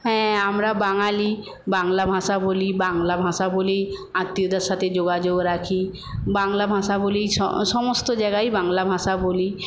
হ্যাঁ আমরা বাঙালি বাংলা ভাষা বলি বাংলা ভাষা বলি আত্মীয়দের সাথে যোগাযোগ রাখি বাংলা ভাষা বলি সমস্ত জায়গায় বাংলা ভাষা বলি